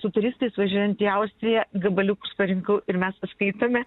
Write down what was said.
su turistais važiuojant į austriją gabaliukus parinkau ir mes paskaitome